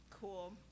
Cool